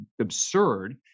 absurd